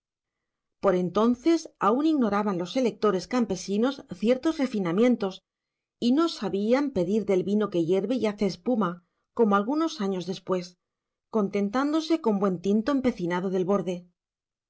por entonces aún ignoraban los electores campesinos ciertos refinamientos y no sabían pedir del vino que hierve y hace espuma como algunos años después contentándose con buen tinto empecinado del borde